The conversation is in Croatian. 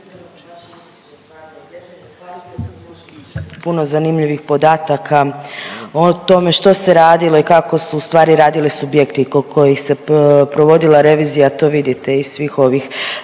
puno zanimljivih podataka o tome što se radilo i kako su u stvari radili subjekti kojih se provodila revizija. To vidite iz svih ovih